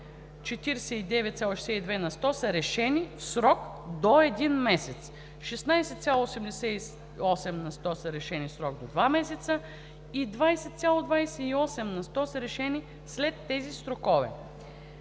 49,62 на сто са решени в срок до един месец, 16,88 на сто са решени в срок до два месеца и 20,28 на сто са решени след тези срокове.